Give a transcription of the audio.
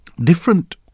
different